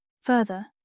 Further